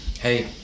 hey